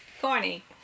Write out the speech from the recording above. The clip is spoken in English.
Corny